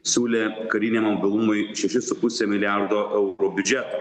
siūlė kariniam mobilumui šešis su puse milijardo eurų biudžetą